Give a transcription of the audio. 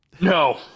No